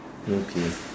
okay